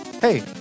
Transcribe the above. Hey